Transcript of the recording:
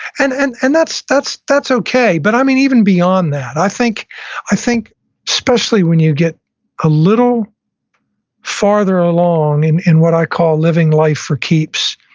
and and and that's that's okay, but i mean even beyond that, i think i think especially when you get a little farther along and in what i call living life for keeps,